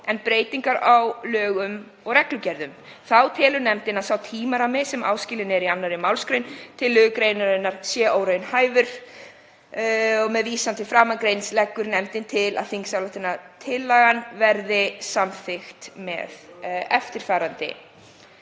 en breytingar á lögum og reglugerðum. Þá telur nefndin að sá tímarammi sem áskilinn er í 2. mgr. tillögugreinarinnar sé óraunhæfur. Með vísan til framangreinds leggur nefndin til að þingsályktunartillagan verði samþykkt með þeirri